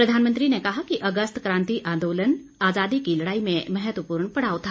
प्रधानमंत्री ने कहा कि अगस्त क्रांति आंदोलन आजादी की लड़ाई में महत्वपूर्ण पड़ाव था